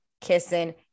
kissing